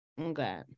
Okay